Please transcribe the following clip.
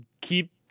keep